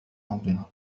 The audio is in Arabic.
عمرها